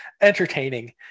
Entertaining